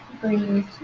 breathe